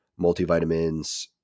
multivitamins